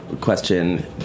question